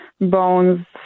bones